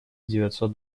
девятьсот